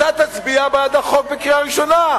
אתה תצביע בעד החוק בקריאה ראשונה?